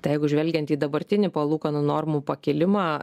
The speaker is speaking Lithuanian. jeigu žvelgiant į dabartinį palūkanų normų pakilimą